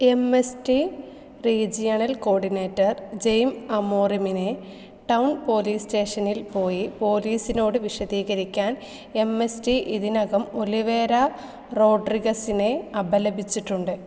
M S T regional coordinator Jaime അമോറിമിനെ town police സ്റ്റേഷനിൽ പോയി പോലീസിനോട് വിശദീകരിക്കാൻ എം എസ് റ്റി ഇതിനകം ഒലിവേര റോഡ്രിഗസിനെ അപലപിച്ചിട്ടുണ്ട്